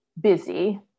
busy